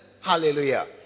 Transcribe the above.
Hallelujah